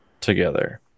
together